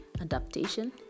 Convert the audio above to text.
adaptation